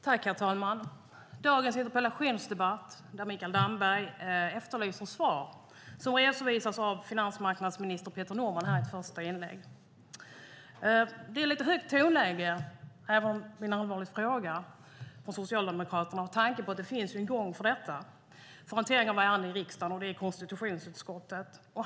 Herr talman! I dagens interpellationsdebatt efterlyser Mikael Damberg svar, vilka redovisas av finansmarknadsminister Peter Norman i ett första inlägg. Även om det är en allvarlig fråga är det lite högt tonläge från Socialdemokraterna med tanke på att det finns en gång för hantering av ärenden i riksdagen. Det är konstitutionsutskottet.